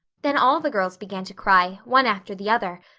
then all the girls began to cry, one after the other.